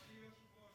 אדוני היושב-ראש,